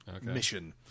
mission